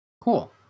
Cool